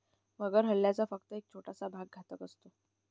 मगर हल्ल्याचा फक्त एक छोटासा भाग घातक असतो